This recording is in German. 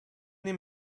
dem